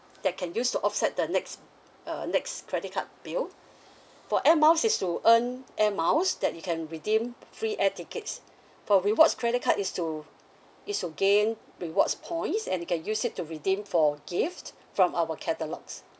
that can use to offset the next uh next credit card bill for air miles is to earn air miles that you can redeem free air tickets for rewards credit card is to is to gain rewards points and you can use it to redeem for gifts from our catalogues